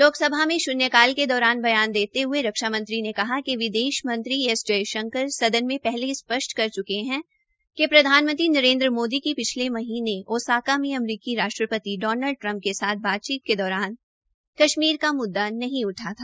लोकसभा में शून्यकाल के दौरान बयान देते हये रक्षा मंत्री ने कहा कि विदेश मंत्री एस जयशंकर सदन मे पहले ही स्पष्ट कर च्के है कि प्रधानमंत्री नरेन्द्र मोदी की पिछले महीने ओसाका में अमरीकी राष्ट्रपति डॉनल्ड ट्रंप के साथ बातचीत के दौरान कश्मीर का मुद्दा नहीं उठा था